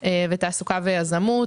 ותעסוקה ויזמות.